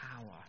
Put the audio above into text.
power